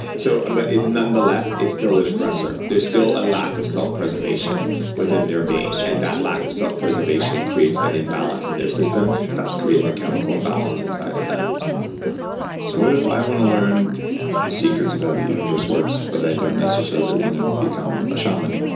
so and but nonetheless, it's still an aggressor. there's still a lack of self preservation within their being and that lack of self preservation creates an imbalance in their system, thus creating a chemical imbalance inside of them so what if i want to learn the secrets of how the universe works but i don't necessarily want to become a shaman.